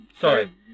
Sorry